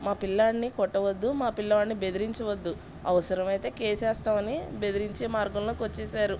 మా పిల్లవాడిని కొట్టవద్దు మా పిల్లవాడిని బెదిరించవద్దు అవసరమైతే కేస్ వేస్తామని బెదిరించే మార్గంలోకి వచ్చేసారు